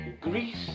Greece